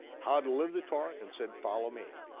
how to live the torah, and said follow me.